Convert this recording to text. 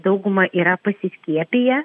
dauguma yra pasiskiepiję